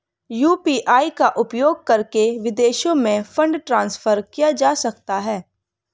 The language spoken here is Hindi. यू.पी.आई का उपयोग करके विदेशों में फंड ट्रांसफर किया जा सकता है?